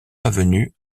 avenue